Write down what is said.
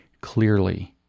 clearly